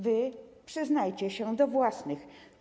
Wy przyznajcie się do własnych.